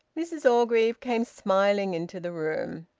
mrs orgreave came smiling into the room.